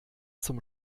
zum